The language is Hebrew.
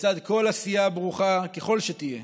לצד כל עשייה, ברוכה ככל שתהיה,